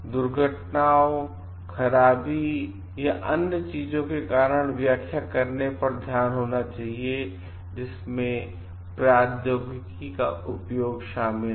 दुर्घटनाओं खराबी या अन्य चीजों के कारणों की व्याख्या करने पर ध्यान होना चाहिए जिनमें प्रौद्योगिकी का उपयोग शामिल है